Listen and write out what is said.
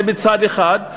זה בצד אחד.